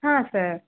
ಹಾಂ ಸರ್